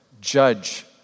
judge